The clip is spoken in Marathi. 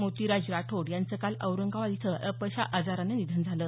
मोतीराज राठोड यांच काल औरंगाबाद इथं अल्पशा आजारानं निधन झालं